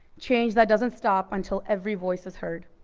change that doesn't stop until every voice is heard.